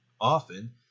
often